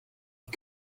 you